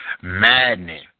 maddening